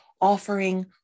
offering